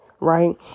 Right